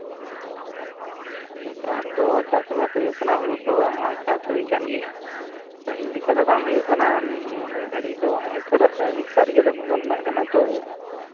ᱱᱮᱛᱟᱨ ᱫᱚ ᱪᱟᱥ ᱟᱵᱟᱫ ᱦᱩᱭᱩᱜ ᱠᱟᱱᱟ ᱦᱳᱲᱳ ᱠᱚ ᱪᱟᱥ ᱦᱩᱭ ᱠᱟᱱ ᱜᱮᱭᱟ ᱯᱟᱹᱦᱤᱞ ᱞᱮᱠᱟ ᱫᱚ ᱵᱟᱝ ᱦᱩᱭᱩᱜ ᱠᱟᱱᱟ ᱱᱤᱭᱟᱹ ᱜᱷᱟᱹᱲᱤᱡ ᱫᱚ ᱨᱟᱥᱟᱭᱚᱱᱤᱠ ᱥᱟᱨᱜᱮ ᱫᱚᱢᱮᱵᱚᱱ ᱮᱢᱟᱜ ᱠᱟᱱᱟ ᱛᱚ